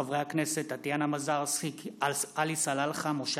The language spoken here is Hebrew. עם לקויות למידה ודיסלקציה לאור נזקי הלמידה מרחוק,